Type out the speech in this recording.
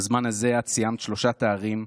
בזמן הזה את סיימת שלושה תארים,